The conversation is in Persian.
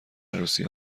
عروسی